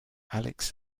alex